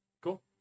Cool